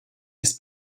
ist